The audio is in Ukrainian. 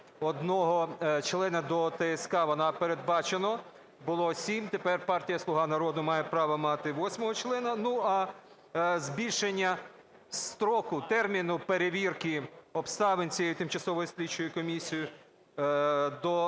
одного члена до ТСК воно передбачено, було 7, тепер партія "Слуга народу" має право мати восьмого члена. Ну, а збільшення строку, терміну перевірки обставин цієї тимчасової слідчої комісії,